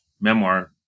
memoir